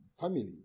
family